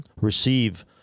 receive